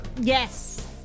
Yes